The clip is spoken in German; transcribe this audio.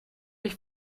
mich